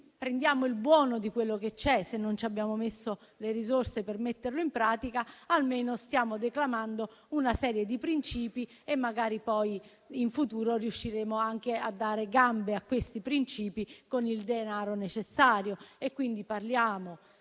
prendiamo il buono di quello che c'è. Se non abbiamo stanziato le risorse per metterlo in pratica, almeno stiamo declamando una serie di principi e magari poi in futuro riusciremo anche a dare gambe a questi principi con il denaro necessario. Parliamo